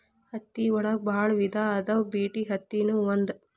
ಹತ್ತಿ ಒಳಗ ಬಾಳ ವಿಧಾ ಅದಾವ ಬಿಟಿ ಅತ್ತಿ ನು ಒಂದ